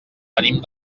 venim